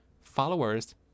followers